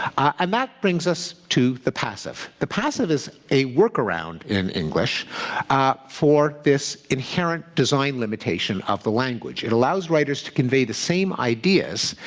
and that brings us to the passive. the passive is a workaround in english for this inherent design limitation of the language. it allows writers to convey the same ideas,